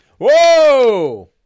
Whoa